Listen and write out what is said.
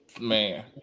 Man